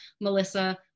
Melissa